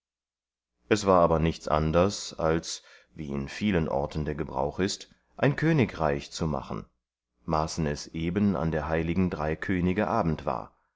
es war aber nichts anders als wie an vielen orten der gebrauch ist ein königreich zu machen maßen es eben an der hl drei könige abend war